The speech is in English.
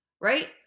right